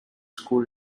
school